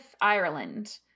Ireland